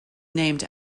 named